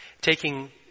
taking